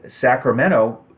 Sacramento